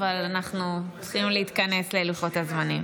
אבל אנחנו צריכים להתכנס ללוחות הזמנים.